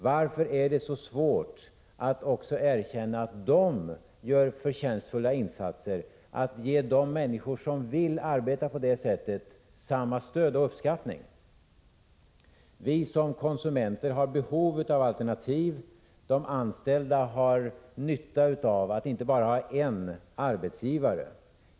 Varför är det så svårt att också erkänna att de gör förtjänstfulla insatser och att ge de människor som vill arbeta på det sättet samma stöd och uppskattning? Som konsumenter har vi behov av alternativ, de anställda har nytta av att det finns inte bara en arbetsgivare.